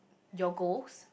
your goals